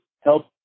help